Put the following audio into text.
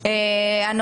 היושב-ראש.